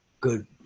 good